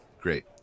Great